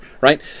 right